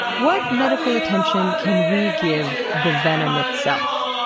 what medical attention can we give the venom itself?